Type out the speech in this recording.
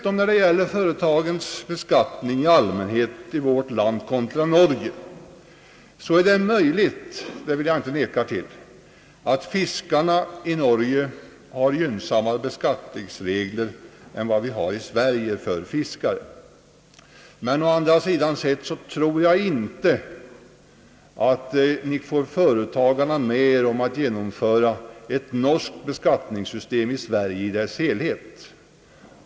Om vi jämför företagsbeskattningen i allmänhet i vårt land med beskattningen i Norge, kan vi — och det vill jag inte förneka — finna att fiskarna i Norge har gynnsammare beskattningsregler än fiskarna i Sverige. Å andra sidan tror jag inte att reservanterna får företagarna med sig på att genomföra ett norskt beskattningssystem i Sverige i dess helhet.